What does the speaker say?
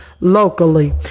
locally